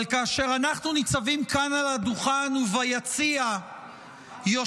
אבל כאשר אנחנו ניצבים כאן על הדוכן וביציע יושבים